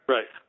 Right